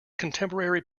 contemporary